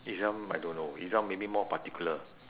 izam I don't know izam maybe more particular